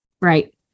Right